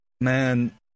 man